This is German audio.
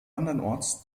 andernorts